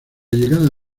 llegada